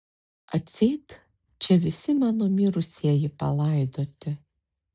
atseit čia visi mano mirusieji palaidoti